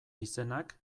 izenak